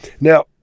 Now